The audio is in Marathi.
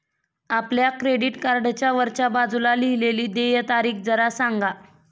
आपल्या क्रेडिट कार्डच्या वरच्या बाजूला लिहिलेली देय तारीख जरा सांगा